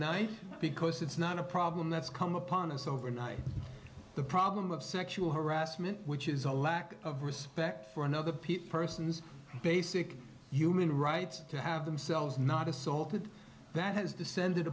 overnight because it's not a problem that's come upon us overnight the problem of sexual harassment which is a lack of respect for another pete person's basic human rights to have themselves not assaulted that has descended